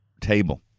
table